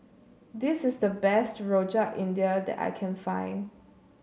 this is the best Rojak India that I can find